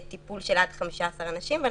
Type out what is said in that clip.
היה עד עשרה אנשים במבנה.